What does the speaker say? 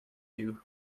you